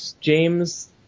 James